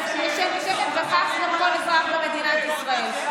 וכך גם כל אזרח במדינת ישראל.